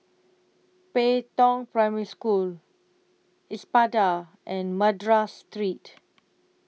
Pei Tong Primary School Espada and Madras Street